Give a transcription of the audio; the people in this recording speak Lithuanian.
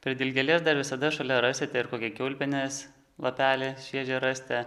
prie dilgėlės dar visada šalia rasite ir kokį kiaulpienės lapelį šviežią rasite